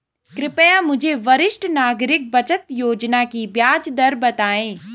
कृपया मुझे वरिष्ठ नागरिक बचत योजना की ब्याज दर बताएँ